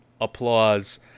applause